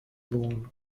born